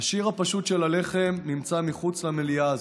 "השיר הפשוט של הלחם" נמצא מחוץ למליאה הזאת,